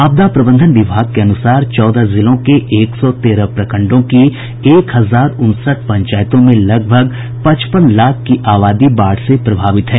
आपदा प्रबंधन विभाग के अनुसार चौदह जिलों के एक सौ तेरह प्रखंडों की एक हजार उनसठ पंचायतों में लगभग पचपन लाख की आबादी बाढ़ से प्रभावित है